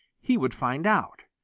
he would find out.